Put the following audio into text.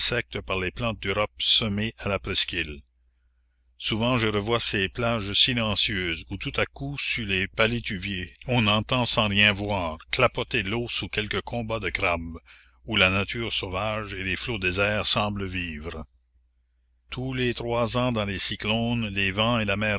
par les plantes d'europe semées à la presqu'île souvent je revois ces plages silencieuses où tout à coup sous les palétuviers on entend sans rien voir clapoter l'eau sous quelque combat de crabes où la nature sauvage et les flots déserts semblent vivre tous les trois ans dans les cyclones les vents et la mer